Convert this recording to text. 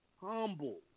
humble